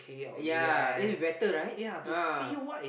ya this is better right ah